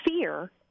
fear